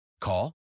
Call